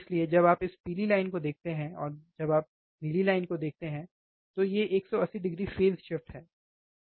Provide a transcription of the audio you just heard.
इसलिए जब आप इस पीली लाइन को देखते हैं और जब आप नीली लाइन देखते हैं तो ये 180o फ़ेज़ शिफ्ट है ठीक